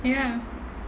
ya